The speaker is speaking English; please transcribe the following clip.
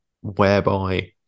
whereby